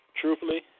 Truthfully